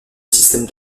système